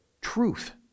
truth